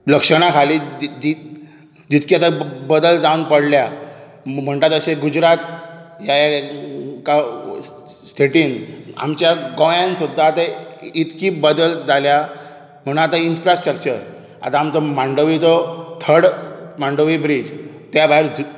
लक्षणां खाली दित जितके दा बदल जावन पडल्या म्हणटा तशे गुजरात हे गांव स्टेटीन आमच्या गोयांत सूुद्दां ते इतकी बदल जाल्या म्हण आता इंनफ्रास्ट्रक्चर आतां आमचो मांडवीचो थर्ड आमचो मांडवी ब्रिज त्या भायर